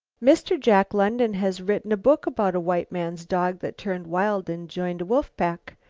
mr. jack london has written a book about a white man's dog that turned wild and joined a wolf-pack.